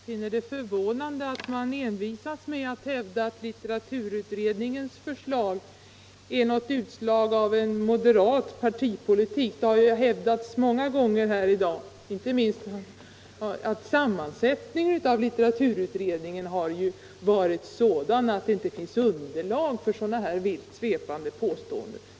Herr talman! Jag finner det förvånande att man envisas med att hävda att litteraturutredningens förslag är något utslag av moderat politik. Det har yttrats många gånger här i dag. Sammansättningen av litteraturutredningen har varit sådan att det inte finns underlag för sådana här vitt svepande påståenden.